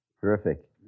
Terrific